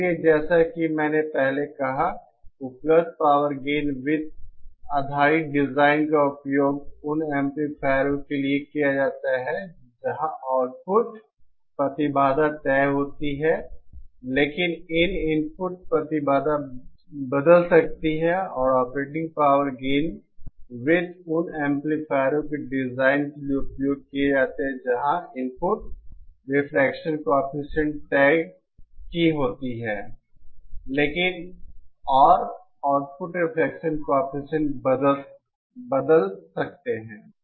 इसलिए जैसा कि मैंने पहले कहा उपलब्ध पावर गेन वृत्त आधारित डिज़ाइन का उपयोग उन एम्पलीफायरों के लिए किया जाता है जहां आउटपुट प्रतिबाधा तय होती है लेकिन इनपुट प्रतिबाधा बदल सकती है और ऑपरेटिंग पावर गेन वृत्त उन एम्पलीफायरों के डिज़ाइन के लिए उपयोग किए जाते हैं जहां इनपुट रिफ्लेक्शन कॉएफिशिएंट तय के होते हैं लेकिन और आउटपुट रिफ्लेक्शन कॉएफिशिएंट बदल सकते हैं